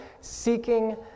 Seeking